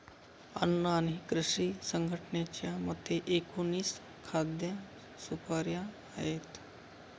अन्न आणि कृषी संघटनेच्या मते, एकोणीस खाद्य सुपाऱ्या आहेत